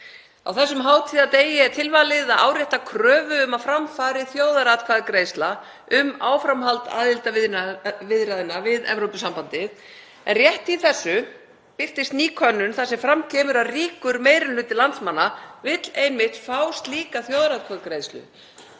Á þessum hátíðardegi er tilvalið að árétta kröfu um að fram fari þjóðaratkvæðagreiðsla um áframhald aðildarviðræðna við Evrópusambandið en rétt í þessu birtist ný könnun þar sem fram kemur að ríkur meiri hluti landsmanna vill einmitt fá slíka þjóðaratkvæðagreiðslu,